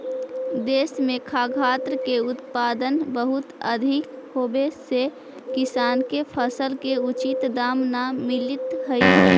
देश में खाद्यान्न के उत्पादन बहुत अधिक होवे से किसान के फसल के उचित दाम न मिलित हइ